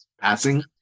passing